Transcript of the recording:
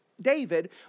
David